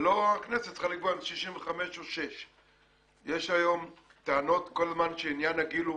ולא הכנסת צריכה לקבוע אם זה 65 או 66. יש היום טענות כל הזמן שעניין הגיל,